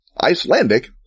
Icelandic